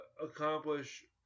accomplish